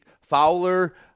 Fowler